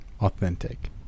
authentic